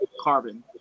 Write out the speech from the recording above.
carbon